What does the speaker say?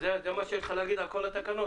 זה מה שיש לך לומר על כל התקנות?